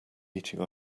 eating